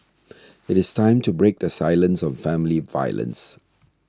it is time to break the silence on family violence